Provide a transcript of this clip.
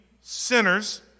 sinners